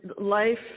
life